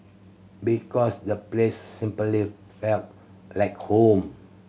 because the place simply felt like home